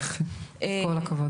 יופי, כל הכבוד.